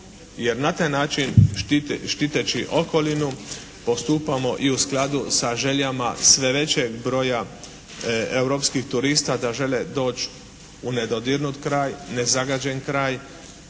jer na taj način štiteći okolinu, postupamo i u skladu sa željama sve većeg broja europskih turista da žele doći u nedodirnut kraj, nezagađen kraj